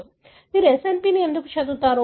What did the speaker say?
మీరు SNP ఎందుకు చదువుతారు